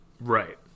Right